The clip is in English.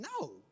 No